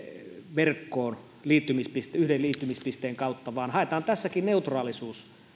verkkoon yhden liittymispisteen kautta vaan haetaan tässäkin neutraalisuus